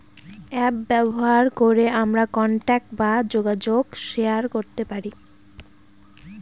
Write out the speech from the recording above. app ব্যবহার করে আমরা কন্টাক্ট বা যোগাযোগ শেয়ার করতে পারি